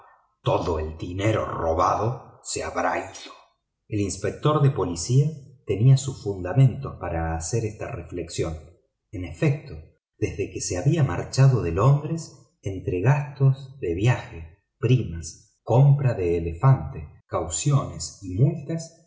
todo el dinero robado se habrá ido el inspector de policía tenía sus fundamentos para hacer esta reflexión en efecto desde que se había marchado de londres entre gastos de viaje primas compras de elefantes cauciones